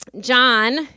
John